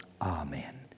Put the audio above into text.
amen